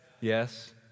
Yes